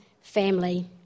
family